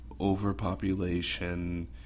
overpopulation